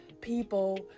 people